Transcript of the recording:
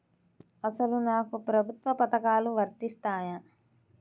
అసలు నాకు ప్రభుత్వ పథకాలు వర్తిస్తాయా?